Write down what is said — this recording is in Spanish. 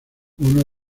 uno